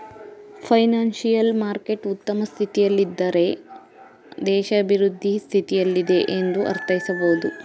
financial market ಉತ್ತಮ ಸ್ಥಿತಿಯಲ್ಲಿದ್ದಾರೆ ದೇಶ ಅಭಿವೃದ್ಧಿ ಸ್ಥಿತಿಯಲ್ಲಿದೆ ಎಂದು ಅರ್ಥೈಸಬಹುದು